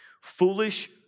Foolish